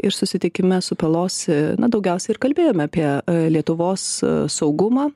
ir susitikime su pelosi na daugiausia ir kalbėjome apie lietuvos saugumą